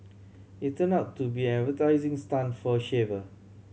it turned out to be an advertising stunt for a shaver